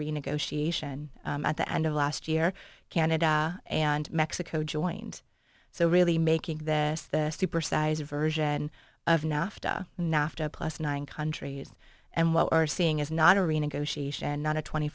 renegotiation at the end of last year canada and mexico joins so really making this the supersized version of enough to nafta plus nine countries and what we are seeing is not a renegotiation not a twenty